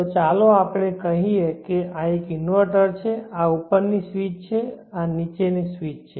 તો ચાલો આપણે કહીએ કે આ એક ઇન્વર્ટર છે આ ઉપર ની સ્વીચ છે આ નીચે ની સ્વીચ છે